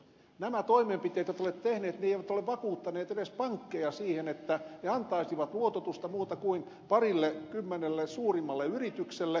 nämä toimenpiteet joita te olette tehneet eivät ole vakuuttaneet edes pankkeja siihen että ne antaisivat luototusta muille kuin parillekymmenelle suurimmalle yritykselle